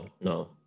No